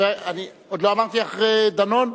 עוד לא אמרתי אחרי דנון?